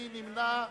מי נמנע?